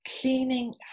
cleaning